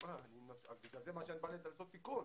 תשמע אז בגלל זה אני בא לעשות תיקון.